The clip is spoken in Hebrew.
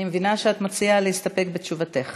אני מבינה שאת מציעה להסתפק בתשובתך.